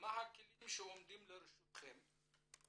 מה הכלים שעומדים לרשותכם,